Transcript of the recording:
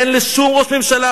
אין לשום ראש ממשלה,